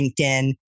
LinkedIn